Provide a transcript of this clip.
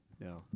No